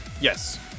Yes